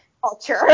culture